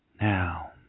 now